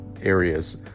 areas